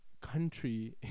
country